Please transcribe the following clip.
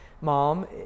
mom